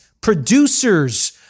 producers